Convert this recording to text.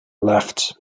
left